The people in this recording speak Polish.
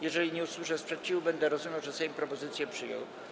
Jeżeli nie usłyszę sprzeciwu, będę rozumiał, że Sejm propozycję przyjął.